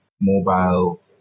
mobile